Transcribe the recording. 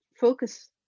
focus